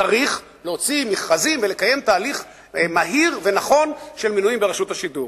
צריך להוציא מכרזים ולקיים תהליך מהיר ונכון של מינויים ברשות השידור.